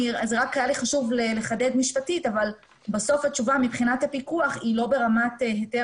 היה לי חשוב לחדד משפטית אבל בסוף התשובה מבחינת הפיקוח היא לא ברמת היתר